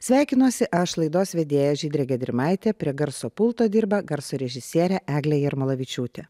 sveikinuosi aš laidos vedėja žydrė gedrimaitė prie garso pulto dirba garso režisierė eglė jarmolavičiūtė